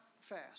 fast